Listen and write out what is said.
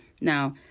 Now